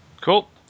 Cool